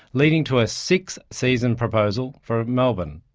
leading to a six-season proposal for melbourne.